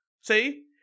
See